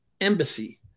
embassy